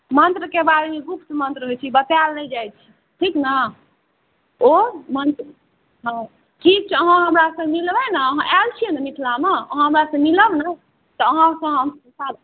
मन्त्रके बारेमे गुप्त मन्त्र लै छै बताएल नहि जाइ छै ठीक ने ओ मन्त्र हँ ठीक छै अहाँ हमरासँ मिलबै ने अहाँ आएल छिए ने मिथिलामे हमरासँ मिलब ने तऽ अहाँके हम बता देब